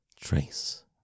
Trace